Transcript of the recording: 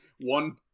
one